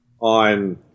on –